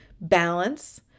balance